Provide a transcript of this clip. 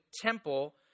temple